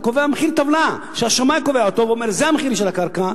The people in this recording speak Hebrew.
אתה קובע מחיר טבלה שהשמאי קובע אותו ואומר: זה המחיר של הקרקע.